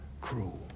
Cruel